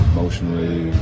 Emotionally